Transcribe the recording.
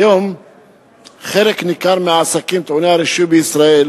כיום חלק ניכר מהעסקים טעוני הרישוי בישראל